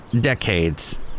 decades